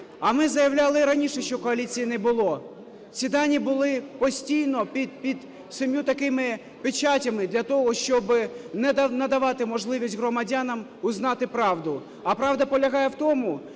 А ми заявляли раніше, що коаліції не було. Ці дані були постійно під сьома такими печатями для того, щоби не давати можливість громадянам узнати правду. А правда полягає в тому,